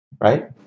right